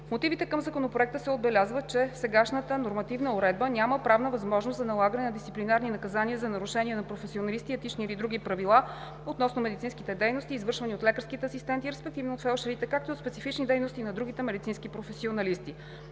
мотивите към Законопроекта се отбелязва, че в сегашната нормативна уредба няма правна възможност за налагане на дисциплинарни наказания за нарушение на професионални, етични или други правила относно медицинските дейности, извършвани от лекарските асистенти, респективно от фелдшерите, както и от специфичните дейности на другите медицински професионалисти.